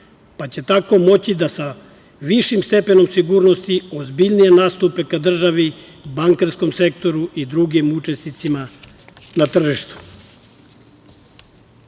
pa će tako moći da sa viši stepenom sigurnosti imati ozbiljnije nastupe ka državi, bankarskom sektoru i drugim učesnicima na tržištu. Ako